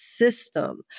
system